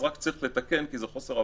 אז רק צריך לתקן כי זה חוסר הבנה".